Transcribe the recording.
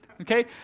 Okay